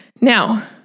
Now